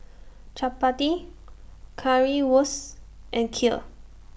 Chapati Currywurst and Kheer